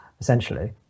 essentially